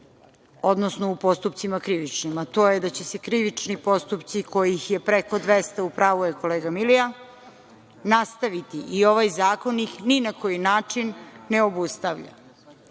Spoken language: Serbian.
odnosno u krivičnim postupcima, a to je da će se krivični postupci kojih je preko 200, u pravu je kolega Milija, nastaviti i ovaj zakon ih ni na koji način ne obustavlja. Drugo